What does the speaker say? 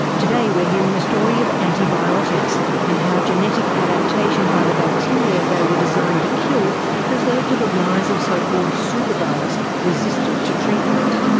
today we're hearing the story of antibiotics and how genetic adaptation by the bacteria they were designed to kill has led to the rise of so-called superbugs, resistant to treatment.